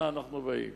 אנה אנחנו באים?